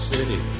City